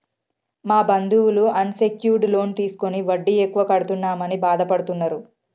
మా బంధువులు unsecured loan తీసుకుని వడ్డీ ఎక్కువ కడుతున్నామని బాధపడుతున్నరు